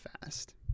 fast